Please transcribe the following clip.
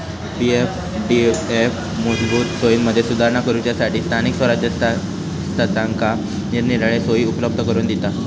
पी.एफडीएफ मूलभूत सोयींमदी सुधारणा करूच्यासठी स्थानिक स्वराज्य संस्थांका निरनिराळे सोयी उपलब्ध करून दिता